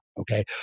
okay